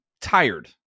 tired